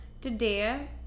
Today